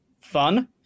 Fun